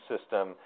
system